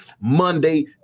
Monday